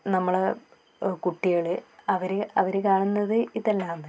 നമ്മളുടെ കുട്ടികൾ അവർ അവർ കാണുന്നത് ഇതെല്ലാമാണ്